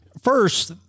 First